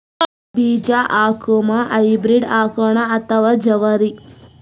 ಯಾವ ಬೀಜ ಹಾಕುಮ, ಹೈಬ್ರಿಡ್ ಹಾಕೋಣ ಅಥವಾ ಜವಾರಿ?